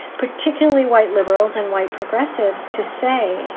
particularly white liberals and white progressives, to say